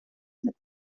mit